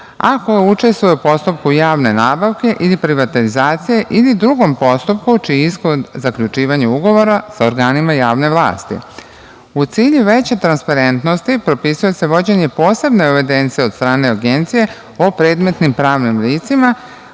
a koji učestvuje u postupku javne nabavke ili privatizacije ili u drugom postupku čiji je ishod zaključivanje ugovora sa organima javne vlasti.U cilju veće transparentnosti propisuje se vođenje posebne evidencije od strane Agencije o predmetnim pravnim licima,